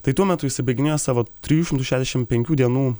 tai tuo metu jisai baiginėjo savo trijų šimtų šešiasdešim penkių dienų